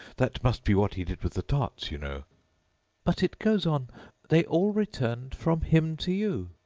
that must be what he did with the tarts, you know but, it goes on they all returned from him to you,